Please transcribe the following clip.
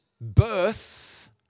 birth